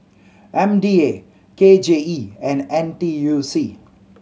M D A K J E and N T U C